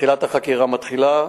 החקירה מתחילה.